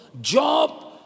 Job